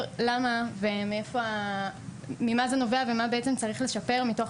למה וממה זה נובע ומה בעצם צריך לשפר מתוך